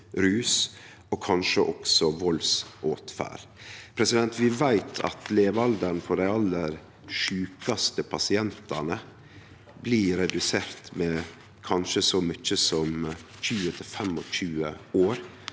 og kanskje også valdsåtferd. Vi veit at levealderen for dei aller sjukaste pasientane blir redusert med kanskje så mykje som 20–25 år.